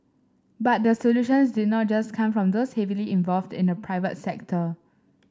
but the solutions did not just come from those heavily involved in the private sector